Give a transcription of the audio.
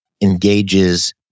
engages